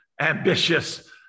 Ambitious